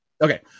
Okay